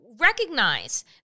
recognize